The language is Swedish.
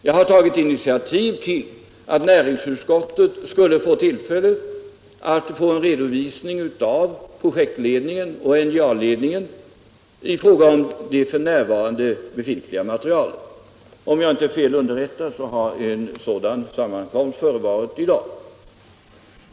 Jag har tagit initiativ till att näringsutskottet skulle få en redovisning av det f.n. befintliga materialet från NJA:s projektledning. Om jag inte är fel underrättad har en sådan sammankomst förevarit i dag.